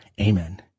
Amen